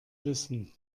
wissen